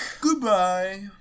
Goodbye